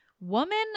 Woman